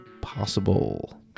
possible